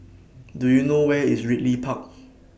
Do YOU know Where IS Ridley Park